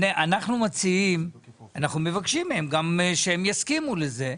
אנחנו מבקשים מהם גם שהם יסכימו לזה,